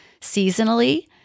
seasonally